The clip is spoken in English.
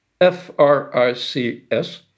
F-R-I-C-S